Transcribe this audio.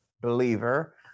believer